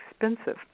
expensive